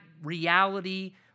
reality